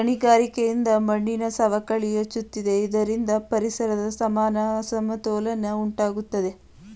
ಗಣಿಗಾರಿಕೆಯಿಂದ ಮಣ್ಣಿನ ಸವಕಳಿ ಹೆಚ್ಚಾಗುತ್ತಿದೆ ಇದರಿಂದ ಪರಿಸರದ ಸಮಾನ ಅಸಮತೋಲನ ಉಂಟಾಗುತ್ತದೆ